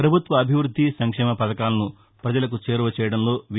ప్రభుత్వ అభివృద్ది సంక్షేమ పథకాలను ప్రజలకు చేరువ చేయదంలో వీ